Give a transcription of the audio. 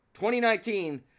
2019